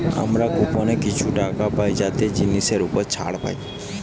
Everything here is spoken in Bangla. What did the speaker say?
আমরা কুপনে কিছু টাকা পাই যাতে জিনিসের উপর ছাড় পাই